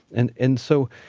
and and so,